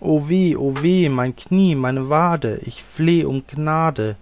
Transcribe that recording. mein knie meine wade ich fleh um gnade